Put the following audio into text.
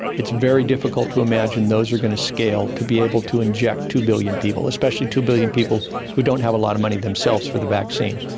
it's very difficult to imagine those are going to scale to be able to inject two billion people, especially two billion people who don't have a lot of money themselves for the vaccine.